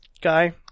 guy